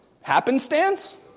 Happenstance